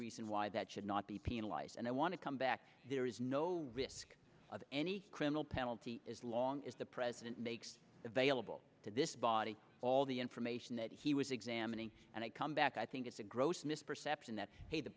reason why that should not be penalized and i want to come back there is no risk of any criminal penalty as long as the president makes available to this body all the information that he was examining and i come back i think it's a gross misperception that the